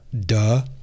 duh